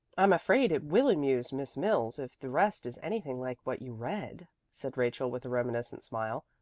i'm afraid it will amuse miss mills, if the rest is anything like what you read, said rachel with a reminiscent smile.